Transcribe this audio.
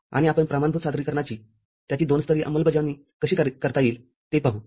आणि आपण प्रमाणभूत सादरीकरनाची त्याची दोन स्तरीय अंबलबजावणी कशी करता येईल ते पाहू